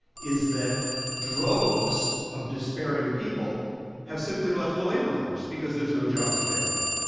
is that droves of despairing people have simply left the labor force, because there's no jobs available.